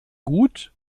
gut